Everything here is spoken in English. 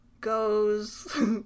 goes